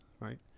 Right